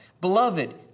Beloved